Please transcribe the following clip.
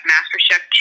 MasterChef